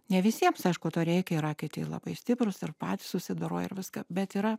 ne visiems aišku to reikia yra kiti labai stiprūs ir patys susidoroja ir viską bet yra